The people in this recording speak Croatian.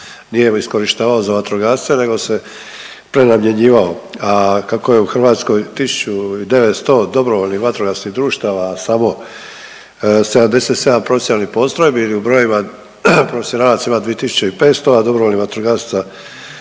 nije iskorištavao za vatrogasce nego se prenamjenjivao. A kako je u Hrvatskoj 1900 dobrovoljnih vatrogasnih društava samo 77 profesionalnih postrojbi ili u brojevima profesionalaca ima 2500, a dobrovoljnih vatrogasaca